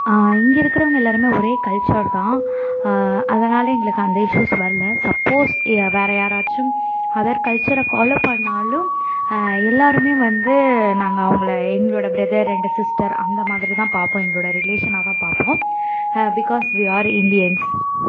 இங்கே இருக்கிறவங்க எல்லாேருமே ஒரே கல்ச்சர் தான் அதனால் எங்களுக்கு அந்த இஸ்யூஸ் வரல சப்போஸ் வேறு யாராச்சும் அதர் கல்ச்சரை ஃபாலோவ் பண்ணிணாலும் எல்லாேருமே வந்து நாங்கள் அவங்கள எங்களோட பிரதர் அண்டு சிஸ்டர் அந்த மாதிரிதான் பார்ப்போம் எங்களோட ரிலேஷனாகதான் பார்ப்போம் பிகாஸ் வீ ஆர் இந்தியன்ஸ்